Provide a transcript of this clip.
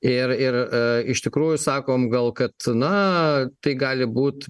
ir ir a iš tikrųjų sakom gal kad na tai gali būt